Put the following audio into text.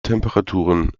temperaturen